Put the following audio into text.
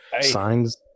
signs